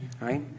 right